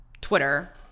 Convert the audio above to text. Twitter